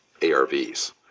ARVs